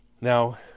Now